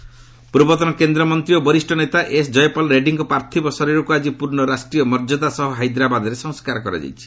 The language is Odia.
ଜୟପାଲ୍ ରେଡ଼ୁୀ ପୂର୍ବତନ କେନ୍ଦ୍ର ମନ୍ତ୍ରୀ ଓ ବରିଷ୍ଠ ନେତା ଏସ୍ ଜୟପାଲ୍ ରେଡ୍ରୀଙ୍କ ପାର୍ଥିବ ଶରୀରକୁ ଆଜି ପୂର୍ଣ୍ଣ ରାଷ୍ଟ୍ରୀୟ ମର୍ଯ୍ୟଦା ସହ ହାଇଦ୍ରାବାଦ୍ରେ ସଂସ୍କାର କରାଯାଇଛି